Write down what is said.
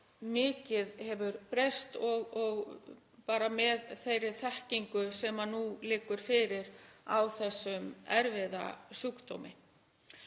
margt hefur breyst, bara með þeirri þekkingu sem nú liggur fyrir á þessum erfiða sjúkdómi.